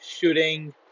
shooting